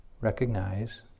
recognize